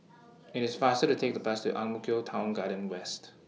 IT IS faster to Take The Bus to Ang Mo Kio Town Garden West